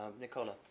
Nicola